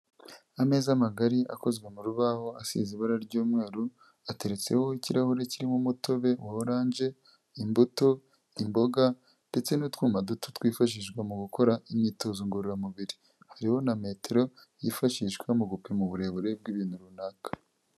Ameza magari akozwe mu rubaho asize ibara ry'umweru, ateretseho ikirahure kirimo umutobe wa orange, imbuto, n'imboga, ndetse n'utwuma duto twifashishwa mu gukora imyitozo ngororamubiri hariho na metero yifashishwa mu gupima uburebure bw'ibintu runaka.